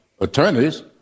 attorneys